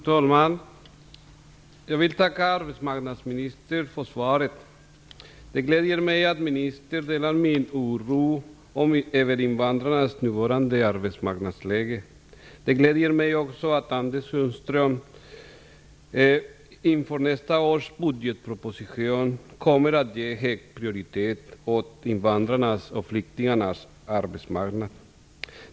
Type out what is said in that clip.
Fru talman! Jag vill tacka arbetsmarknadsministern för svaret. Det gläder mig att ministern delar min oro över det nuvarande arbetsmarknadsläget för invandrare. Det gläder mig också att Anders Sundström inför nästa års budgetproposition kommer att ge hög prioritet åt invandrarnas och flyktingarnas arbetsmarknad.